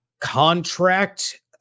contract